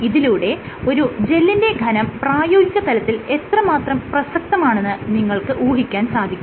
ഇതിലൂടെ ഒരു ജെല്ലിന്റെ ഘനം പ്രായോഗികതലത്തിൽ എത്രമാത്രം പ്രസക്തമാണെന്ന് നിങ്ങൾക്ക് ഊഹിക്കാൻ സാധിക്കും